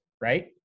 Right